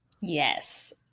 Yes